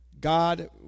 god